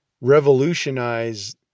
revolutionize